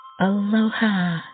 Aloha